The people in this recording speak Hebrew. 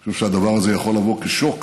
אני חושב שהדבר הזה יכול לבוא כשוק,